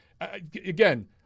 Again